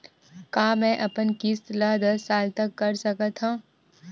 का मैं अपन किस्त ला दस साल तक कर सकत हव?